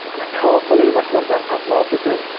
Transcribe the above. i can't believe i snuck that past marketing.